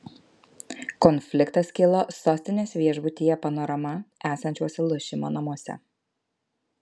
konfliktas kilo sostinės viešbutyje panorama esančiuose lošimo namuose